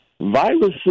viruses